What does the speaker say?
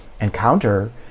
encounter